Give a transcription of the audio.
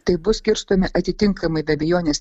tai bus skirstomi atitinkamai be abejonės